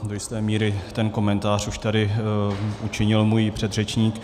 Do jisté míry ten komentář už tady učinil můj předřečník.